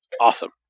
awesome